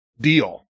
deal